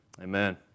Amen